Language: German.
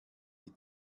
die